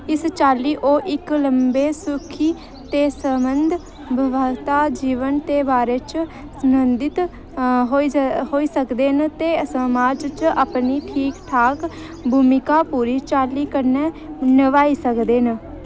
इस चाल्ली ओह् इक लम्बे सुखी ते संबध ब्याह्ता जीवन दे बारे च सुनिंदित होई सकदे न ते समाज च अपनी ठीक ठाक भूमिका पूरी चाल्ली कन्नै नभाई सकदे न